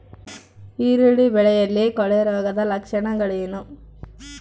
ಈರುಳ್ಳಿ ಬೆಳೆಯಲ್ಲಿ ಕೊಳೆರೋಗದ ಲಕ್ಷಣಗಳೇನು?